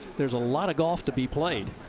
there's a lot of golf to be played.